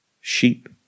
sheep